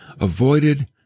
avoided